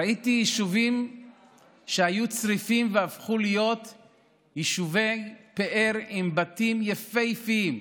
ראיתי יישובים שהיו צריפים והפכו להיות יישובי פאר עם בתים יפהפיים,